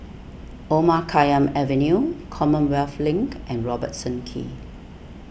Omar Khayyam Avenue Commonwealth Link and Robertson Quay